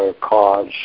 cause